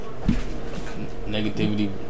negativity